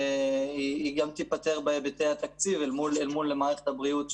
היא גם תיפתר בהיבטי התקציב אל מול מערכת הבריאות,